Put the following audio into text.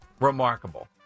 remarkable